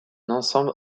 ensemble